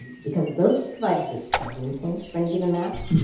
and because those just provided the starting points for any given map.